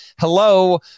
hello